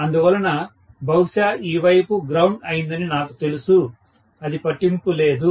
అందువలన బహుశా ఈ వైపు గ్రౌండ్ అయిందని నాకు తెలుసు అది పట్టింపు లేదు